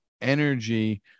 energy